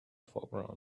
foreground